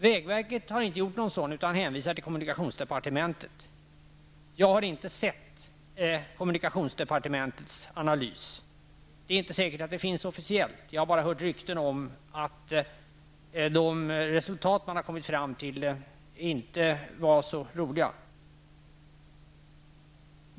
Vägverket har inte gjort någon sådan utan hänvisar till kommunikationsdepartementet. Jag har inte sett kommunikationsdepartementets analys. Det är inte säkert att den finns officiellt, jag har bara hört rykten om att de resultat man har kommit fram till inte är så roliga.